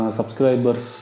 Subscribers